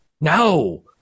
No